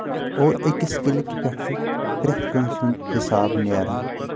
اور أکِس کِلکہِ پؠٹھ چھُ پرٛؠتھ کٲنٛسہِ ہُنٛد حِساب نیران